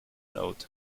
note